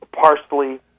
parsley